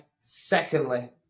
Secondly